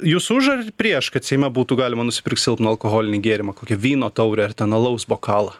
jūs už ar prieš kad seime būtų galima nusipirkt silpną alkoholinį gėrimą kokio vyno taurę ar ten alaus bokalą